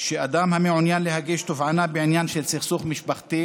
שאדם המעוניין להגיש תובענה בעניין של סכסוך משפחתי